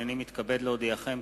הנני מתכבד להודיעכם,